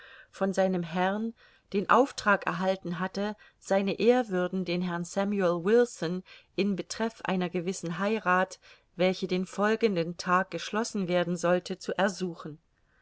von seinem herrn den auftrag erhalten hatte se ehrwürden den herrn samuel wilson in betreff einer gewissen heirat welche den folgenden tag geschlossen werden sollte zu ersuchen